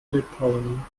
litauen